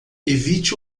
evite